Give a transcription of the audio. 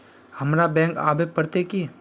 हमरा बैंक आवे पड़ते की?